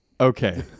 okay